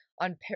on